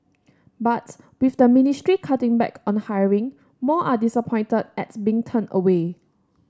but with the ministry cutting back on hiring more are disappointed at being turned away